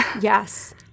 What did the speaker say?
Yes